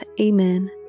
Amen